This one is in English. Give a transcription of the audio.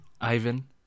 Ivan